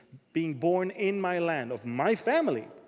being born in my land, of my family.